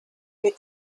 die